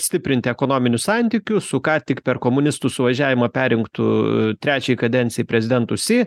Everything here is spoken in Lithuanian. stiprinti ekonominius santykius su ką tik per komunistų suvažiavimą perrinktu trečiai kadencijai prezidentu si